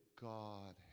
God